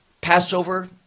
Passover